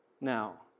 now